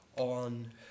On